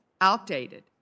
outdated